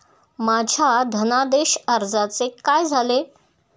माझ्या धनादेश अर्जाचे काय झाले?